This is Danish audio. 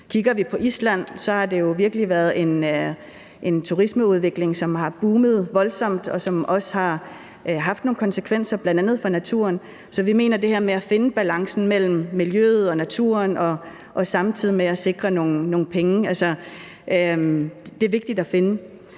Kigger vi på Island har det jo virkelig været en turismeudvikling, som har boomet voldsomt, og som også har haft nogle konsekvenser, bl.a. for naturen. Så vi mener, at det her med at finde balancen mellem miljøet og naturen, samtidig med at man sikrer nogle penge, er vigtigt. Der